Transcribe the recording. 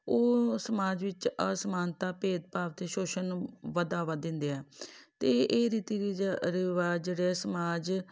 ਉਹ ਸਮਾਜ ਵਿੱਚ ਅਸਮਾਨਤਾ ਭੇਦ ਭਾਵ ਅਤੇ ਸ਼ੋਸ਼ਣ ਨੂੰ ਵਧਾਵਾ ਦਿੰਦੇ ਆ ਅਤੇ ਇਹ ਰੀਤੀ ਰਿਜਾ ਰਿਵਾਜ਼ ਜਿਹੜੇ ਆ ਸਮਾਜ